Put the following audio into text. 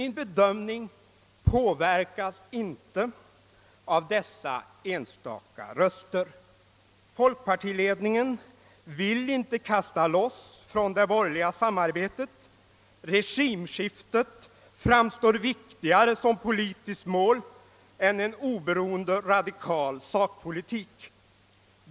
Min bedömning påverkas emellertid inte av dessa enstaka röster. Folkpartiledningen vill inte kasta loss från det borgerliga samarbetet; regimskiftet framstår som viktigare som politiskt mål än en oberoende radikal sakpolitik.